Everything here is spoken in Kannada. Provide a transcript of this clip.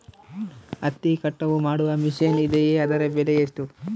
ಹತ್ತಿ ಕಟಾವು ಮಾಡುವ ಮಿಷನ್ ಇದೆಯೇ ಅದರ ಬೆಲೆ ಎಷ್ಟು?